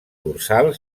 dorsal